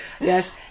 yes